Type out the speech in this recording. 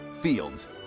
Fields